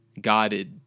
God